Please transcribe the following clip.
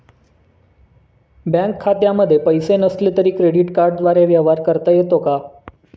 Bank खात्यामध्ये पैसे नसले तरी क्रेडिट कार्डद्वारे व्यवहार करता येतो का?